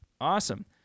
Awesome